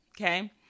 okay